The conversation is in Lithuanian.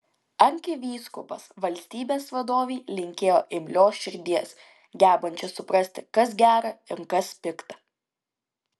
arkivyskupas valstybės vadovei linkėjo imlios širdies gebančios suprasti kas gera ir kas pikta